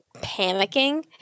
panicking